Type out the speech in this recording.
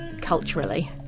culturally